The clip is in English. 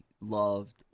Loved